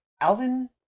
Alvin